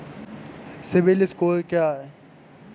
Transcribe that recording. CIBIL score क्या है?